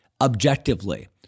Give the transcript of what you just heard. objectively